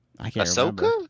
Ahsoka